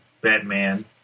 Batman